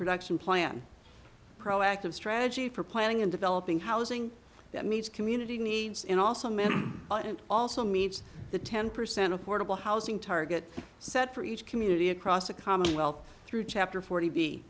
production plan proactive strategy for planning and developing housing that meets community needs in also many but it also meets the ten percent affordable housing target set for each community across the commonwealth through chapter forty be